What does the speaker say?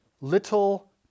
little